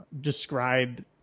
describe